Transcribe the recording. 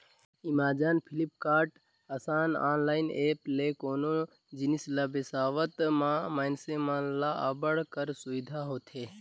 Amazon, Flipkart, असन online apps ले कोनो जिनिस ल बिसावत म मइनसे मन ल अब्बड़ कर सुबिधा होथे